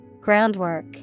Groundwork